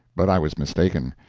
but i was mistaken.